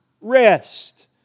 rest